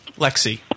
Lexi